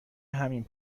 همین